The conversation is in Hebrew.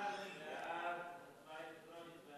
סעיף 1, כהצעת